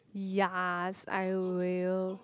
ya I will